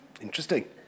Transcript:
Interesting